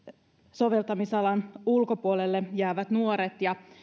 soveltamisalan ulkopuolelle jäävät nuoret ja